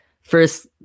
first